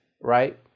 right